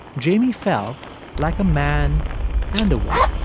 jamie felt like a man and a woman.